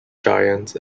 giants